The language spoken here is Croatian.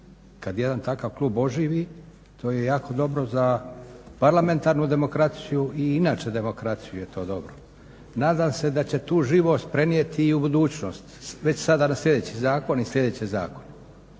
Kad jedan takav klub oživi to je jako dobro za parlamentarnu demokraciju i inače demokraciju je to dobro. Nadam se da će tu živost prenijeti i u budućnost već sada na slijedeći zakon i sljedeće zakone,